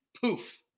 poof